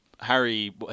Harry